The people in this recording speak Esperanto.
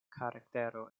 karaktero